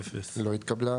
0 ההסתייגות לא התקבלה.